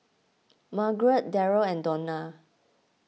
Margarete Derrell and Donna